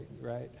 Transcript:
right